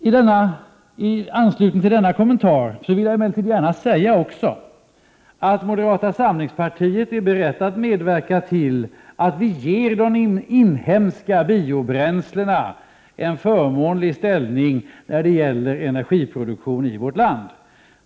I anslutning till denna kommentar vill jag emellertid också säga att moderata samlingspartiet är berett att medverka till att de inhemska biobränslena ges en förmånlig ställning när det gäller energiproduktion i vårt land.